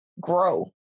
Grow